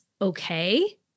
okay